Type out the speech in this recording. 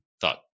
thought